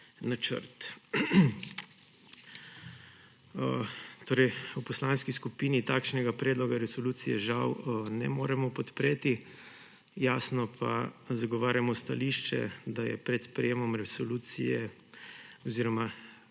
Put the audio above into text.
načrt. Torej v poslanski skupini takšnega predloga resolucije žal ne moremo podpreti, jasno pa zagovarjamo stališče, da je pred sprejetjem resolucije treba